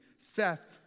theft